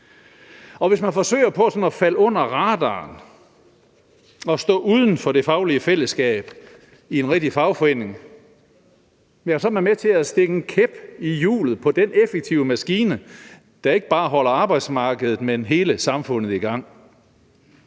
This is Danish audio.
Og hvis man forsøger på sådan at falde under radaren og stå uden for det faglige fællesskab i en rigtig fagforening, er man med til at stikke en kæp i hjulet på den effektive maskine, der ikke bare holder arbejdsmarkedet, men hele samfundet i gang.